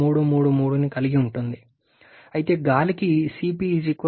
333ని కలిగి ఉంటుంది అయితే గాలికి cp 1